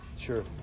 Sure